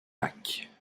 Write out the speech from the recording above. lacs